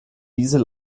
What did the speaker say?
dieser